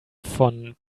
von